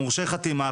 מורשי חתימה,